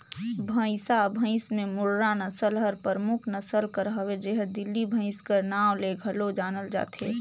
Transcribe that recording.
भंइसा भंइस में मुर्रा नसल हर परमुख नसल कर हवे जेहर दिल्ली भंइस कर नांव ले घलो जानल जाथे